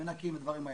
מנקים ודברים כאלה.